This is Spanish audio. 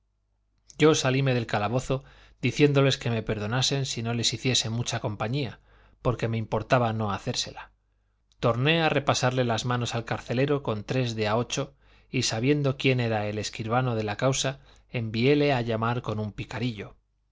yo salíme del calabozo diciéndoles que me perdonasen si no les hiciese mucha compañía porque me importaba no hacérsela torné a repasarle las manos al carcelero con tres de a ocho y sabiendo quién era el escribano de la causa enviéle a llamar con un picarillo